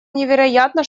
невероятно